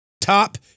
Top